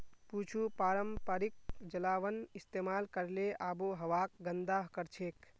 कुछू पारंपरिक जलावन इस्तेमाल करले आबोहवाक गंदा करछेक